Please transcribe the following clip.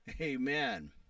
amen